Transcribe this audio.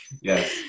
Yes